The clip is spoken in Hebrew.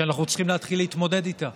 שאנחנו צריכים להתחיל להתמודד איתה.